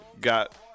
got